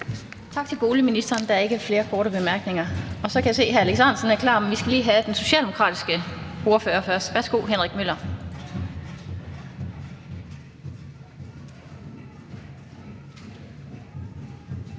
Tak til boligministeren. Der er ikke flere korte bemærkninger. Så kan jeg se, at hr. Alex Ahrendtsen er klar, men vi skal lige have den socialdemokratiske ordfører først. Værsgo, hr. Henrik Møller.